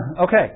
Okay